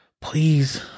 please